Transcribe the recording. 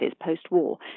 post-war